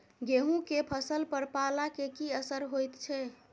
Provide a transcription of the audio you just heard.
गेहूं के फसल पर पाला के की असर होयत छै?